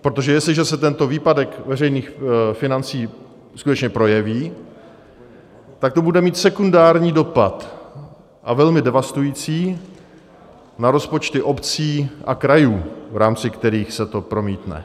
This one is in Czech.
Protože jestliže se tento výpadek veřejných financí skutečně projeví, tak to bude mít sekundární dopad, a velmi devastující, na rozpočty obcí a krajů, v rámci kterých se to promítne.